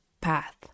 path